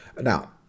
Now